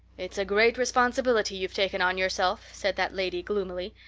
it's a great responsibility you've taken on yourself, said that lady gloomily,